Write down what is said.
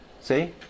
See